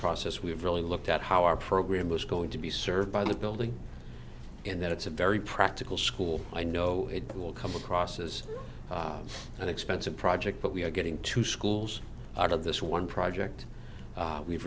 process we have really looked at how our program was going to be served by the building and that it's a very practical school i know it will come across as an expensive project but we are getting two schools out of this one project we've